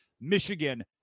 Michigan